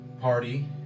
party